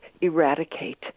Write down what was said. eradicate